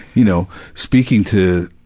you know, speaking to,